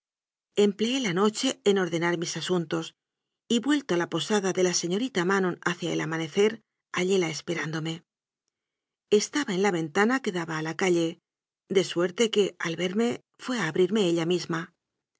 amistad empleé la noche en ordenar mis asuntos y vuel to a la posada de la señorita manon hacia el ama necer hallóla esperándome estaba en la ventana que daba a la calle de suerte que al verme fué a abrirme ella misma